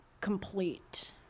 complete